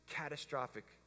catastrophic